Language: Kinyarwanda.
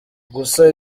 gusa